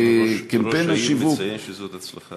חשוב לציין שזאת הצלחה.